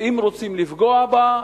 ואם רוצים לפגוע בה,